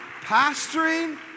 pastoring